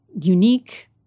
unique